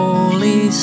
Holy